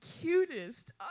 Cutest